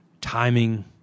timing –